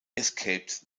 escaped